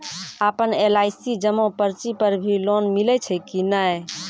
आपन एल.आई.सी जमा पर्ची पर भी लोन मिलै छै कि नै?